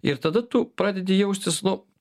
ir tada tu pradedi jaustis nu